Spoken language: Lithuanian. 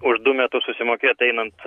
už du metus susimokėt einant